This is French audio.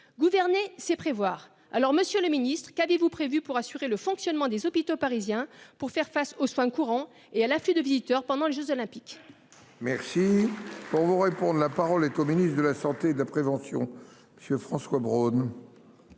Gouverner c'est prévoir. Alors Monsieur le Ministre, qu'avez-vous prévu pour assurer le fonctionnement des hôpitaux parisiens pour faire face aux soins courants et à l'affût de visiteurs pendant les Jeux olympiques. Merci. On vous pour la parole et communistes de la santé de la prévention. Monsieur François Braun.